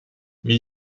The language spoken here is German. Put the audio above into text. wie